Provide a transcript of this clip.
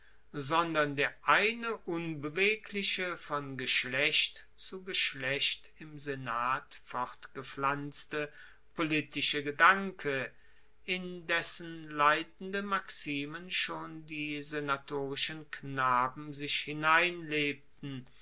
sondern der eine unbewegliche von geschlecht zu geschlecht im senat fortgepflanzte politische gedanke in dessen leitende maximen schon die senatorischen knaben sich